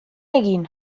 egin